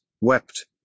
wept